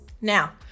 Now